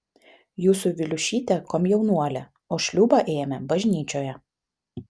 jūsų viliušytė komjaunuolė o šliūbą ėmė bažnyčioje